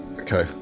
Okay